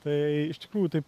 tai iš tikrųjų taip